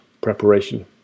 preparation